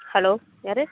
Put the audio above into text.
hello யார்